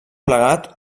plegat